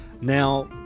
Now